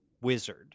wizard